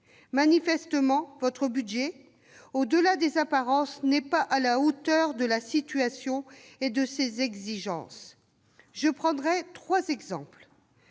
Manifestement, votre budget, au-delà des apparences, n'est pas à la hauteur de la situation et de ces exigences. Je prendrai trois exemples.